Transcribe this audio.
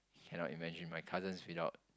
cannot imagine my cousins without